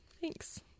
Thanks